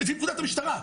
לפי פקודת המשטרה.